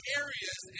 areas